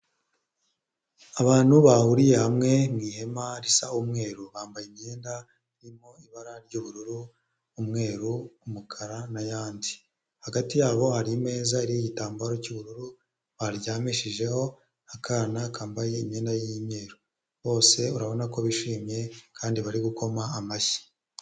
Abantu bahuriye hamwe mu ihema risa umweru, bambaye imyenda ririmo ibara ry'ubururu, umweru, umukara n'ayandi, hagati yabo hari imeza iriho igitambaro cy'ubururu baryamishijeho akana kambaye imyenda y'imyeru, bose urabona ko bishimye kandi bari gukoma amashyi.